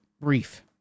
brief